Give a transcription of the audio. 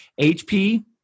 HP